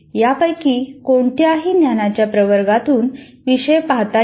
यापैकी कोणत्याही ज्ञानाच्या प्रवर्गातून विषय पाहता येतो